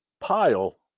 pile